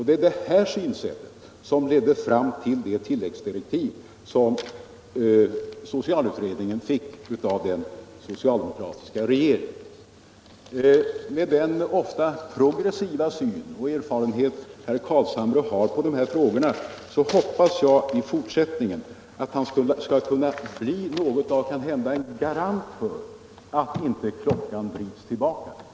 Det är detta synsätt som ledde fram till de tilläggsdirektiv som socialutredningen fick av den socialdemokratiska regeringen. Med den ofta progressiva syn och erfarenhet herr Carlshamre har i dessa frågor hoppas jag att han i fortsättningen skall medverka till att klockan inte vrids tillbaka.